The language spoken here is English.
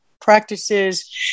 practices